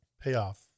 payoff